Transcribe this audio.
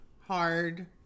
hard